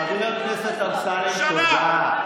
חבר הכנסת אמסלם, תודה.